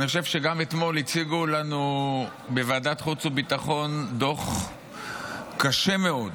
אני חושב שגם אתמול הציגו לנו בוועדת חוץ וביטחון דוח קשה מאוד